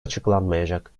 açıklanmayacak